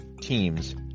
teams